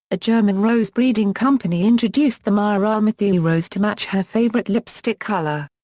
a german rose breeding company introduced the mireille mathieu rose to match her favorite lipstick color.